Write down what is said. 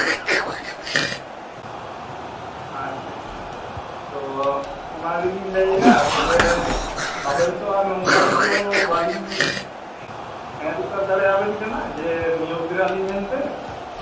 ᱟᱪᱪᱷᱟ ᱟᱪᱪᱷᱟ ᱛᱚ ᱚᱱᱟᱜᱮᱞᱤᱧ ᱞᱟᱹᱭᱮᱜᱼᱟ ᱛᱚᱵᱮ ᱟᱵᱮᱱ ᱛᱚ ᱟᱨ ᱱᱚᱝᱠᱟ ᱛᱮᱫᱚ ᱵᱟᱞᱤᱧ ᱦᱮᱸ ᱩᱛᱟᱹᱨ ᱫᱟᱲᱮᱭᱟᱵᱮᱱ ᱠᱟᱱᱟ ᱡᱮ ᱱᱤᱭᱳᱜᱽ ᱵᱮᱱᱟᱞᱤᱧ ᱢᱮᱱᱛᱮ